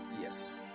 Yes